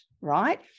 right